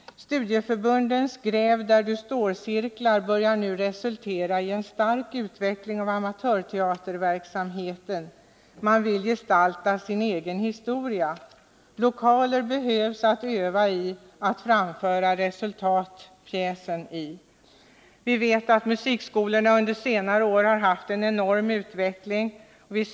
Studieförbundens Gräv där du står-cirklar börjar nu resultera i en stark utveckling av amatörteaterverksamheten. Man vill gestalta sin egen historia. Lokaler behövs att öva i, att framföra resultatet — pjäsen — i. Musikskolorna har under senare år genomgått en enorm utveckling.